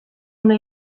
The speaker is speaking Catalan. una